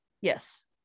yes